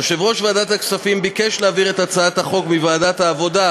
יושב-ראש ועדת הכספים ביקש להעביר את הצעת החוק מוועדת העבודה,